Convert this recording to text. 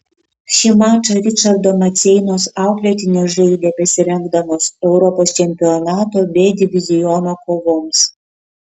šį mačą ričardo maceinos auklėtinės žaidė besirengdamos europos čempionato b diviziono kovoms